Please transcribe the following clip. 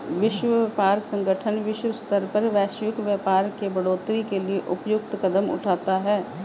विश्व व्यापार संगठन विश्व स्तर पर वैश्विक व्यापार के बढ़ोतरी के लिए उपयुक्त कदम उठाता है